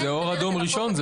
זה אור אדום ראשון.